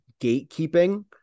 gatekeeping